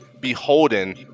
beholden